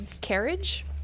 carriage